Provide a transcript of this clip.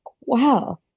wow